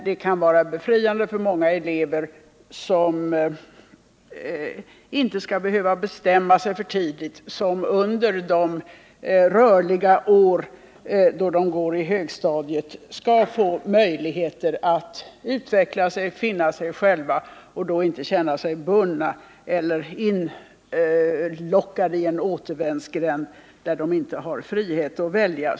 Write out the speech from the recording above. Det kan vara befriande för många elever att inte behöva bestämma sig för tidigt. Under de rörliga år då de går i högstadiet skall de få möjligheter att utvecklas, att finna sig själva och då inte behöva känna sig bundna av eller intockade i en återvändsgränd utan frihet att välja.